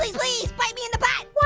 please, please, bite me in the butt.